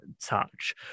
touch